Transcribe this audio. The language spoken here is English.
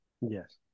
Yes